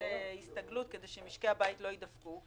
הסתגלות כדי שמשקי הבית לא יידפקו.